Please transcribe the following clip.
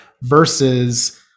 versus